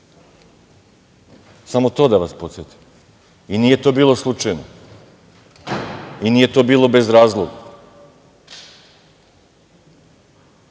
Samo to da vas podsetim. Nije to bilo slučajno, nije to bilo bez razloga.